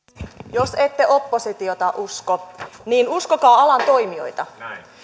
jos ette oppositiota usko niin uskokaa alan toimijoita